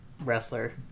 wrestler